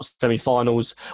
semi-finals